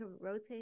rotate